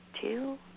Two